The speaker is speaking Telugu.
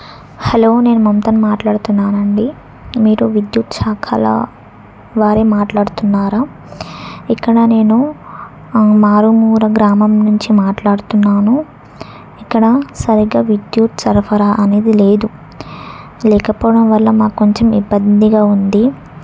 హలో నేను మమతని మాట్లాడుతున్నాను అండి మీరు విద్యుత్ శాఖల వారే మాట్లాడుతున్నారా ఇక్కడ నేను మారుమూల గ్రామం నుంచి మాట్లాడుతున్నాను ఇక్కడ సరిగ్గా విద్యుత్ సరఫరా అనేది లేదు లేకపోవడం వల్ల మాకు కొంచెం ఇబ్బందిగా ఉంది